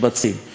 עכשיו,